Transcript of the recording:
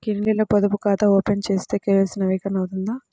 ఆన్లైన్లో పొదుపు ఖాతా ఓపెన్ చేస్తే కే.వై.సి నవీకరణ అవుతుందా?